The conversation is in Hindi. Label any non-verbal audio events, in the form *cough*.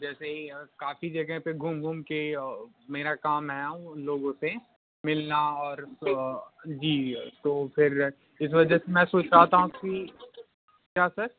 जैसे ही काफ़ी जगह पर घूम घूम के मेरा काम है मैं *unintelligible* लोगों से मिलना और जी तो फिर इस वजह से मैं सोंच रहा था कि क्या सर